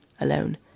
alone